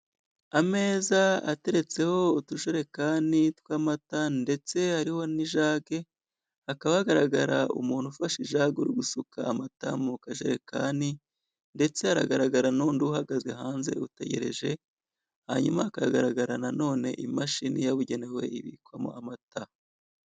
Ameza ateretseho utujerekani tw'amata ndetse hariho n'ijage, hakaba hagaragara umuntu ufashe ijage uri gusuka amata mu kajerekani, ndetse haragaragara n'undi uhagaze hanze, utegereje, hanyuma hakagaragara na none imashini yabugenewe ibikwamo amata.